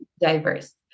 diverse